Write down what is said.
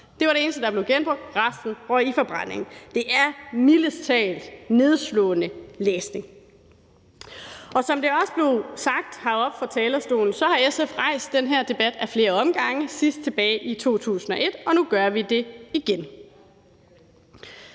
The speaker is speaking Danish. det var det eneste, der blev genbrugt, resten røg i forbrændingen. Det er mildest talt nedslående læsning. Som det også blev sagt heroppe fra talerstolen, har SF rejst den her debat ad flere omgange – sidst tilbage i 2001, og nu gør vi det igen.